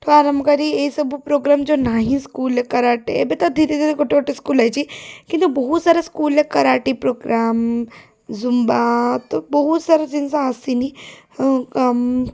ଠୁ ଆରମ୍ଭ କରି ଏଇ ସବୁ ପ୍ରୋଗ୍ରାମ୍ ଯେଉଁ ନାହିଁ ସ୍କୁଲ୍ରେ କରାଟେ ଏବେ ତ ଧୀରେ ଧୀରେ ଗୋଟେ ଗୋଟେ ସ୍କୁଲ୍ ହେଇଛି କିନ୍ତୁ ବହୁତ ସାରା ସ୍କୁଲ୍ରେ କରାଟେ ପ୍ରୋଗ୍ରାମ୍ ଜୁମ୍ବା ତ ବହୁତସାରା ଜିନିଷ ଆସିନି ହଁ କମ୍